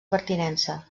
pertinença